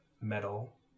metal